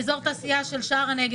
עם אופציה להארכה לעוד חמש שנים.